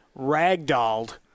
ragdolled